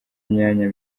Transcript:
imyanya